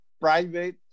private